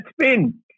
spin